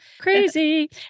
crazy